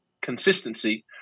consistency